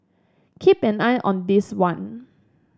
keep an eye on this one